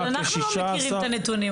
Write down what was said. --- אבל אנחנו לא מכירים את הנתונים,